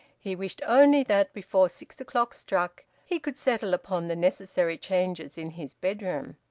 he wished only that before six o'clock struck he could settle upon the necessary changes in his bedroom.